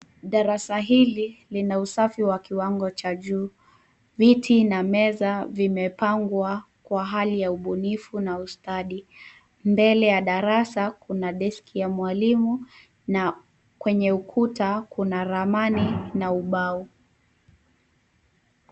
Darasa hili lina usafi kwa kiwango cha juu. Viti na meza vimepangwa kwa hali ya ubunifu na ustadi. Mbele ya darasa kuna deski ya mwalimu na kwenye ukuta kuna ramani na ubao.